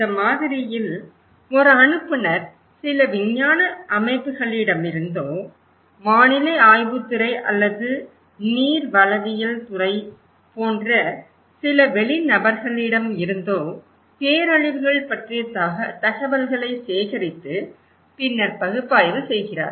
இந்த மாதிரியில் ஒரு அனுப்புநர் சில விஞ்ஞான அமைப்புகளிடமிருந்தோ வானிலை ஆய்வுத் துறை அல்லது நீர்வளவியல் துறை போன்ற சில வெளிநபர்களிடமிருந்தோ பேரழிவுகள் பற்றிய தகவல்களைச் சேகரித்து பின்னர் பகுப்பாய்வு செய்கிறார்